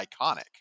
iconic